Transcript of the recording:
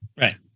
right